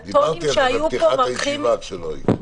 הטונים שהיו פה --- דיברתי על זה בפתיחת הישיבה כשלא היית.